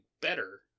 better